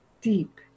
deep